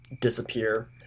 disappear